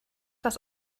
das